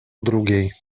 drugiej